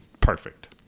perfect